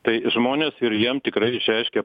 tai žmonės ir jiem tikrai išreiškė